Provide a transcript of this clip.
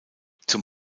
zum